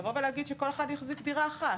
לבוא ולהגיד שכל אחד יחזיק דירה אחת.